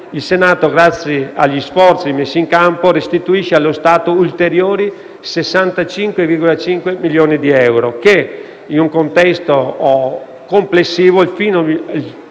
il Senato, grazie agli sforzi messi in campo, restituisce allo Stato ulteriori 65,5 milioni di euro. Pertanto, in un contesto complessivo, il peso